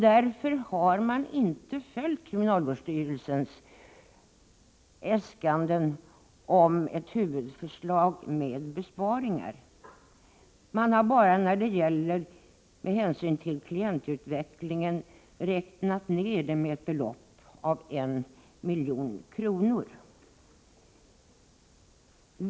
Därför har inte kriminalvårdsstyrelsens äskanden om ett huvudförslag med besparingar följts. Med hänsyn till klientutvecklingen har man räknat ned anslaget med ett belopp av 1 milj.kr.